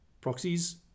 proxies